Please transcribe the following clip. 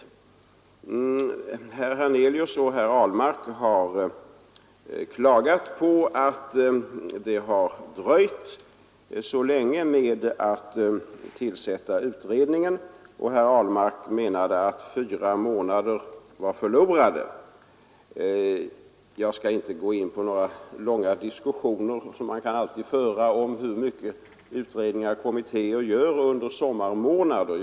Herr Hernelius och herr Ahlmark har klagat på att regeringen har dröjt så länge med att tillsätta utredningen, och herr Ahlmark menade att fyra månader var förlorade. Jag skall inte gå in på några långa diskussioner, som man alltid kan föra om hur mycket utredningar och kommittéer gör under sommarmånaderna.